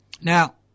Now